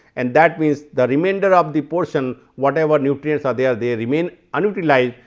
and that means, the remainder of the portion whatever nutrients are there they remain unutilized,